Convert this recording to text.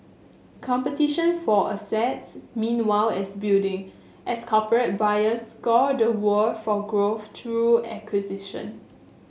competition for assets meanwhile as building as corporate buyers scour the world for growth through acquisition